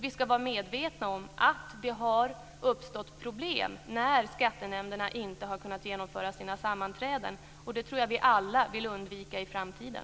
Vi ska vara medvetna om att det har uppstått problem när skattenämnderna inte har kunnat genomföra sina sammanträden. Jag tror att vi alla vill undvika det i framtiden.